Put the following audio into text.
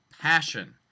passion